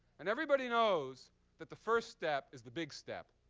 and everybody knows that the first step is the big step.